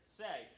say